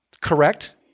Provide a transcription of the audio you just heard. Correct